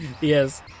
Yes